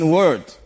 word